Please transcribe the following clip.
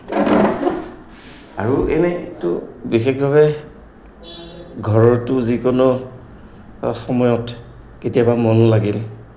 আৰু এনেইটো বিশেষভাৱে ঘৰৰতো যিকোনো সময়ত কেতিয়াবা মন লাগিল